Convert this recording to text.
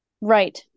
right